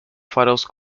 faros